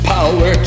Power